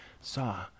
saw